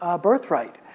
birthright